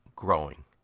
growing